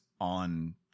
on